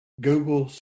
Google